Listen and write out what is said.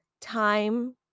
time